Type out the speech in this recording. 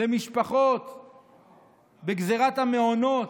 בגזרת המעונות,